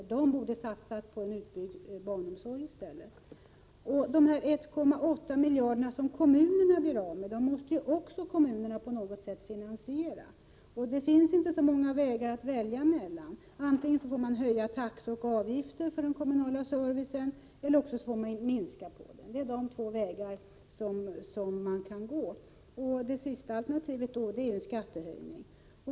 Dessa pengar borde satsas på en utbyggd barnomsorg i stället. De 1,8 miljarder kronor som kommunerna blir av med måste kommunerna på något sätt finansiera. Det finns inte så många vägar att välja mellan. Antingen får man höja taxor och avgifter för den kommunala servicen eller också får man minska på servicen. Det är de två vägar som man kan gå. Det sista alternativet är en skattehöjning.